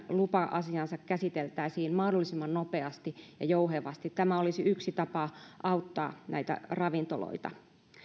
lupa asiat käsiteltäisiin mahdollisimman nopeasti ja jouhevasti tämä olisi yksi tapa auttaa ravintoloita